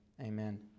Amen